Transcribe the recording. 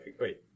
wait